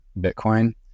Bitcoin